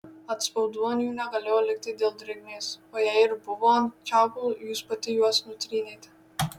atspaudų ant jų negalėjo likti dėl drėgmės o jei ir buvo ant čiaupų jūs pati juos nutrynėte